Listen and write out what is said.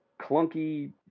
clunky